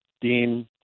Dean